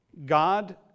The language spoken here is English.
God